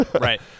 right